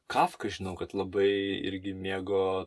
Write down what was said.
kafka žinau kad labai irgi mėgo